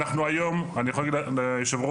אנחנו היום אני יכול להגיד ליושב-ראש,